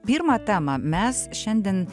pirmą temą mes šiandien